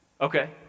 Okay